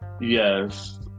Yes